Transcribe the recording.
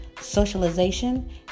socialization